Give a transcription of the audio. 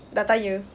dah tanya